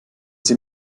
sie